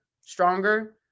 stronger